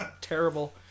terrible